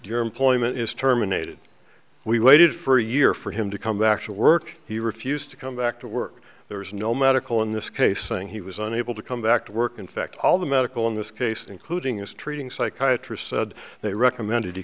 your employment is terminated we waited for a year for him to come back to work he refused to come back to work there was no medical in this case saying he was unable to come back to work in fact all the medical in this case including is treating psychiatry said they recommended